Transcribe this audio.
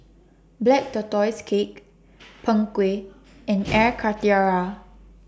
Black Tortoise Cake Png Kueh and Air Karthira